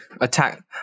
attack